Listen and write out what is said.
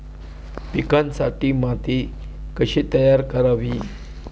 पिकांसाठी माती कशी तयार करावी?